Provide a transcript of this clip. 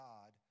God